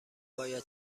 باید